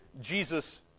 Jesus